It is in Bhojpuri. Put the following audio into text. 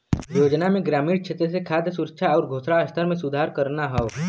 योजना में ग्रामीण क्षेत्र में खाद्य सुरक्षा आउर पोषण स्तर में सुधार करना हौ